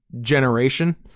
generation